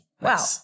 Wow